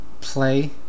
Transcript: play